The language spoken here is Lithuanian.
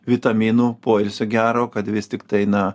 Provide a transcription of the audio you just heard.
vitaminų poilsio gero kad vis tiktai na